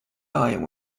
lying